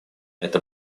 это